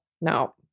no